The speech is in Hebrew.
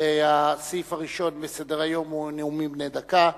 והסעיף הראשון בסדר-היום הוא נאומים בני דקה.